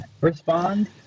respond